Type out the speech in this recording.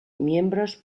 miembros